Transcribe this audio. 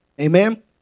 amen